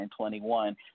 2021